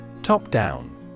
Top-down